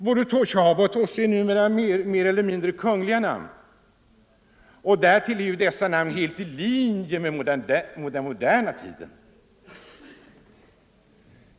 Både Tjabo och Tosse är numera mer eller mindre kungliga namn, och därtill är dessa namn helt i linje med den moderna tiden.